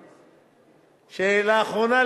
שלאחרונה,